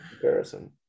Comparison